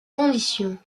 conditions